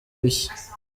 ibishya